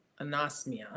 anosmia